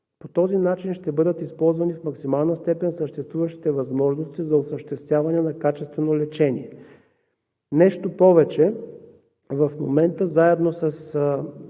По този начин ще бъдат използвани в максимална степен съществуващите възможности за осъществяване на качествено лечение. Нещо повече, в момента заедно с